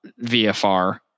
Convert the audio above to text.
VFR